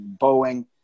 Boeing